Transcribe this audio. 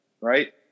right